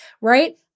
right